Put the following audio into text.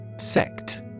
Sect